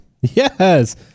Yes